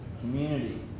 community